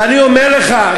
ואני אומר לך,